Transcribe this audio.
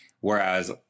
Whereas